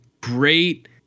great